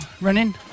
Running